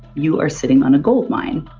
you are sitting on a gold mine.